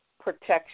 protection